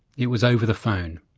it was over the phone,